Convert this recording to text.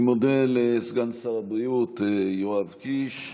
אני מודה לסגן שר הבריאות יואב קיש.